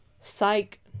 Psych